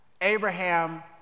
Abraham